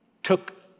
took